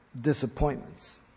disappointments